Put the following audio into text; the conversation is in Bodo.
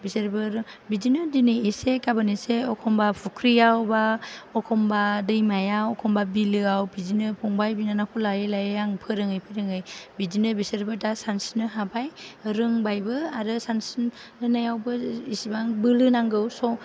बिसोरबो बिदिनो दिनै एसे गाबोन एसे एखमबा फुख्रियाव बा एखमबा दैमायाव एखमबा बिलोआव बिदिनो फंबाय बिनानावखौ लायै लायै आं फोरोङै फोरोङै बिदिनो बिसोरबो दा सानस्रिनो हाबाय रोंबायबो आरो सानस्रिनायावबो इसिबां बोलो नांगौ स'